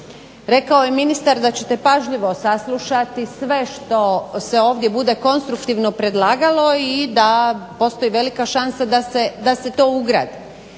Rekao je ministar da ćete pažljivo saslušati sve što se ovdje bude konstruktivno predlagalo i da postoji velika šansa da se to ugradi.